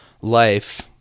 life